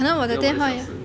对哦我的小声